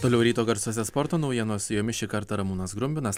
toliau ryto garsuose sporto naujienos su jomis šį kartą ramūnas grumbinas